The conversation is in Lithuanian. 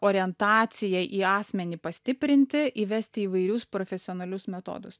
orientacijai į asmenį pastiprinti įvesti įvairius profesionalius metodus